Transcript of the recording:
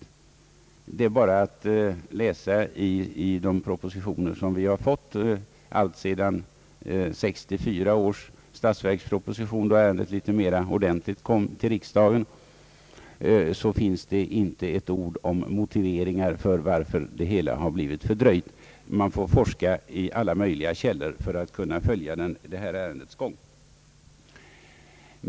I de propositioner som har underställts riksdagen alltsedan 1964 års statsverksproposition — då ärendet på ett mera utförligt sätt redovisades för riksdagen — finns inte ett ord med motivering varför det hela har blivit fördröjt. Man får forska i alla möjliga källor för att kunna följa det här ärendets gång.